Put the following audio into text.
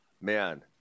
Man